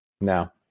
No